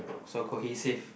so cohesive